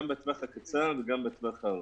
גם בטווח הקצר וגם בטווח הארוך.